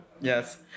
yes